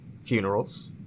funerals